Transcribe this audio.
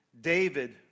David